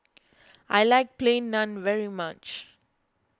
I like Plain Naan very much